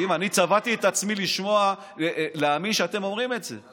אני צבטתי את עצמי כדי להאמין שאתם אומרים את זה.